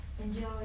Enjoy